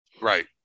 Right